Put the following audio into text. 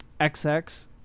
XX